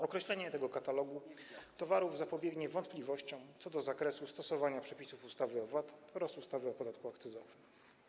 Określenie tego katalogu towarów zapobiegnie wątpliwościom co do zakresu stosowania przepisów ustawy o VAT oraz ustawy o podatku akcyzowym.